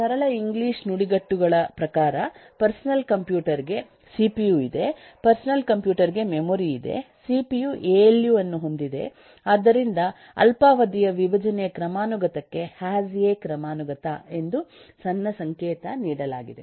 ಸರಳ ಇಂಗ್ಲಿಷ್ ನುಡಿಗಟ್ಟುಗಳ ಪ್ರಕಾರ ಪರ್ಸನಲ್ ಕಂಪ್ಯೂಟರ್ಗೆ ಸಿಪಿಯು ಇದೆ ಪರ್ಸನಲ್ ಕಂಪ್ಯೂಟರ್ಗೆ ಮೆಮೊರಿ ಇದೆ ಸಿಪಿಯು ಎಎಲ್ಯು ಅನ್ನು ಹೊಂದಿದೆ ಆದ್ದರಿಂದ ಅಲ್ಪಾವಧಿಯ ವಿಭಜನೆಯ ಕ್ರಮಾನುಗತಕ್ಕೆ ಹ್ಯಾಸ್ ಎ ಕ್ರಮಾನುಗತ ಎಂದು ಸಣ್ಣ ಸಂಕೇತ ನೀಡಲಾಗಿದೆ